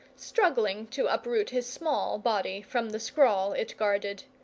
struggling to uproot his small body from the scrawl it guarded.